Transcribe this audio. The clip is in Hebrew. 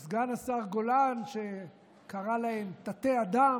או סגן השר גולן, שקרא להם תתי-אדם,